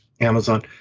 Amazon